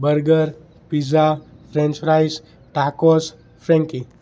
burger pizza French fries tacos franky